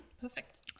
perfect